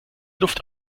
luft